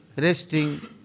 resting